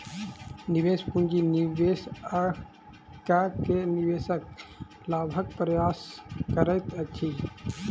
निवेश पूंजी निवेश कअ के निवेशक लाभक प्रयास करैत अछि